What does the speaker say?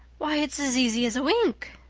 why, it's as easy as wink,